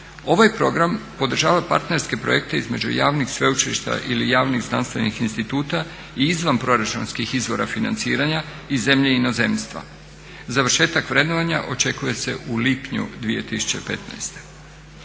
Ovaj program podržava partnerske projekte između javnih sveučilišta ili javnih znanstvenih instituta i izvanproračunskih izvora financiranja iz zemlje i inozemstva. Završetak vrednovanja očekuje se u lipnju 2015.